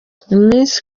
iminsi